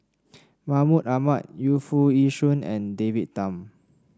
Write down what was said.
Mahmud Ahmad Yu Foo Yee Shoon and David Tham